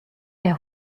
der